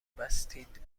بستید